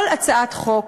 כל הצעת חוק,